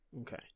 Okay